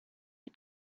had